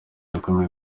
bikomeye